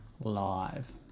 live